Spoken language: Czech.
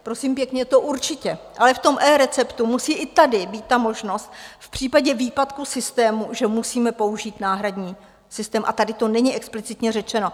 Prosím pěkně, to určitě, ale v tom eReceptu musí i tady být možnost v případě výpadku systému, že musíme použít náhradní systém, a tady to není explicitně řečeno.